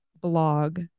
blog